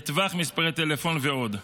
לטווח מספרי טלפון ועוד.